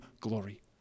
glory